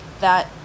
that-